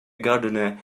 gardener